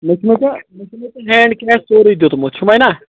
مےٚ چھُ مےٚ ژےٚ مےٚ چھُ مےٚ ژےٚ میٲنۍ کِنٮ۪تھ سورُے دِیُتمُت چھُو مٕے نہ